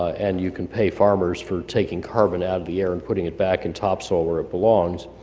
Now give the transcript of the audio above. and you can pay farmers for taking carbon out of the air, and putting it back in topsoil where it belongs.